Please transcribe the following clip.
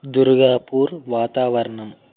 దుర్గాపూర్ వాతావరణం